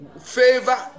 favor